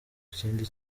kindi